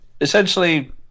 essentially